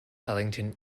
ellington